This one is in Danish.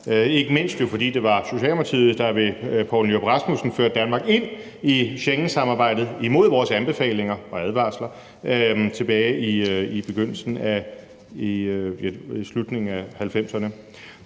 ikke mindst, fordi det var Socialdemokratiet, der ved Poul Nyrup Rasmussen førte Danmark ind i Schengensamarbejdet – imod vores anbefalinger og advarsler – tilbage i slutningen af 1990'erne.